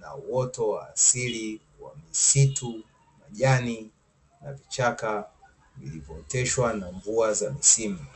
na uoto wa asili wa misitu, majani na vichaka vilivyooteshwa na mvua za misimu.